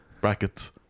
Brackets